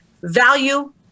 value